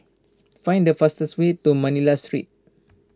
find the fastest way to Manila Street